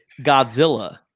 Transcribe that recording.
Godzilla